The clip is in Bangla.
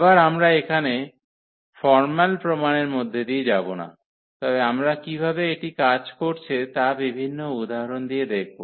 আবার আমরা এখানে ফর্মাল প্রমাণের মধ্য দিয়ে যাব না তবে আমরা কীভাবে এটি কাজ করছে তা বিভিন্ন উদাহরণ দিয়ে দেখব